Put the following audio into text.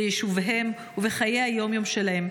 ביישוביהם ובחיי היום-יום שלהם.